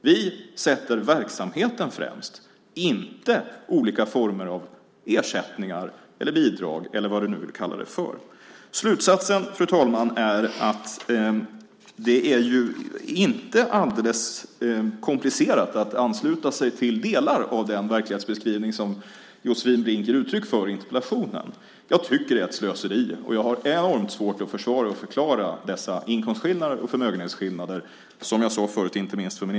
Vi sätter verksamheten främst, inte olika former av ersättningar, bidrag eller vad du nu vill kalla det. Slutsatsen, fru talman, är att det inte är alldeles komplicerat att ansluta sig till delar av den verklighetsbeskrivning som Josefin Brink ger uttryck för i interpellationen. Jag tycker att det är ett slöseri, och jag har enormt svårt att försvara och förklara dessa inkomstskillnader och förmögenhetsskillnader, inte minst för min egen dotter, som jag sade förut.